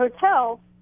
hotel